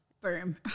Boom